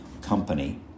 company